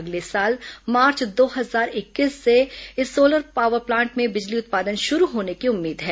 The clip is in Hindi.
अगले साल मार्च दो हजार इक्कीस से इस सोलर पावर प्लांट में बिजली उत्पादन शुरू होने की उम्मीद है